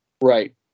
Right